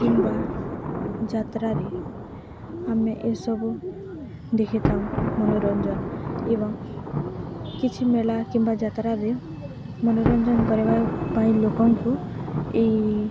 କିମ୍ବା ଯାତ୍ରାରେ ଆମେ ଏସବୁ ଦେଖିଥାଉଁ ମନୋରଞ୍ଜନ ଏବଂ କିଛି ମେଳା କିମ୍ବା ଯାତ୍ରାରେ ମନୋରଞ୍ଜନ କରିବା ପାଇଁ ଲୋକଙ୍କୁ ଏଇ